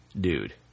dude